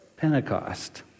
Pentecost